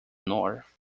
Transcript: north